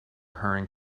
hurrying